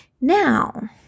Now